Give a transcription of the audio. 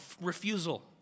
refusal